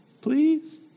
please